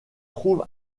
trouve